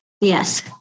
Yes